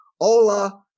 Ola